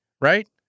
right